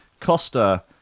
Costa